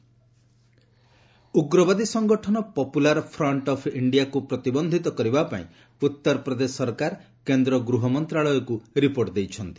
UP PFI ଉଗ୍ରବାଦୀ ସଂଗଠନ popular front of ଇଷିଆକୁ ପ୍ରତିବନ୍ଧିତ କରିବା ପାଇଁ ଉତ୍ତରପ୍ରଦେଶ ସରକାର କେନ୍ଦ୍ର ଗୃହମନ୍ତ୍ରଣାଳୟକୁ ରିପୋର୍ଟ ଦେଇଛନ୍ତି